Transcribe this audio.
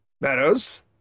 Meadows